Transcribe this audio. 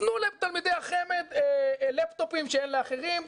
תנו לתלמידי החמ"ד לפ-טופים שאין לאחרים,